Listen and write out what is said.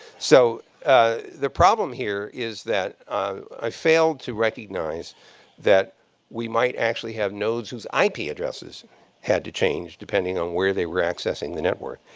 so the problem here is that i failed to recognize that we might actually have nodes whose i p. addresses had to change depending on where they were accessing the network.